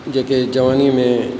जेके जवानीअ में